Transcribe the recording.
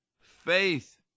faith